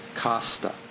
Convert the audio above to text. Costa